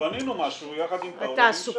בנינו משהו יחד עם --- והמשכנו.